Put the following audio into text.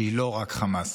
שהיא לא רק חמאס.